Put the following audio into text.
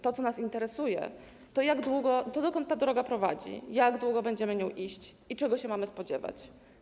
To, co nas interesuje, to dokąd ta droga prowadzi, jak długo będziemy nią iść i czego się mamy spodziewać.